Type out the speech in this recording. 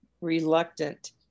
reluctant